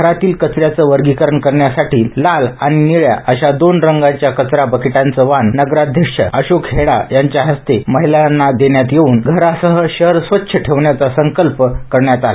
घरातील कचन्याच वर्गीकरण करण्यासाठी लाल आणि निळ्या अशा दोन रंगाच्या कचरा बकेटांच वाण नगराध्यक्ष अशोक हेडा यांच्या हस्ते महिलांना देण्यात येऊन घरासह शहर स्वच्छ ठेवण्याचा संकल्प करण्यात आला